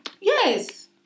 Yes